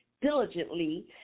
diligently